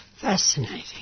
Fascinating